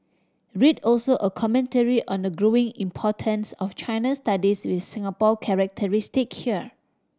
read also a commentary on the growing importance of China studies with Singapore characteristic here